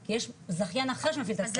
כי יש זכיין אחר שמביא את הסייעות.